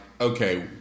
okay